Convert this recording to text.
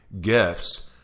gifts